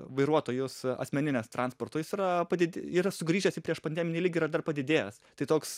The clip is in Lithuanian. vairuotojus asmenines transporto jis yra padid yra sugrįžęs į priešpandeminį lygį yra dar padidėjęs tai toks